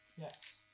Yes